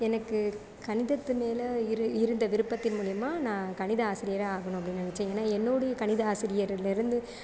எனக்கு கணிதத்து மேலே இரு இருந்த விருப்பத்தின் மூலிமா நான் கணித ஆசிரியராக ஆகணும் அப்படின்னு நினைச்சேன் ஏன்னால் என்னுடைய கணித ஆசிரியரிலேருந்து